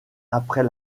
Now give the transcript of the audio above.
après